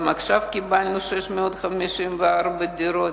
עכשיו קיבלנו 654 דירות,